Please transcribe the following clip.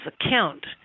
account